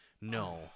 no